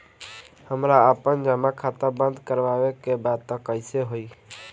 हमरा आपन जमा खाता बंद करवावे के बा त कैसे होई?